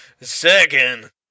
Second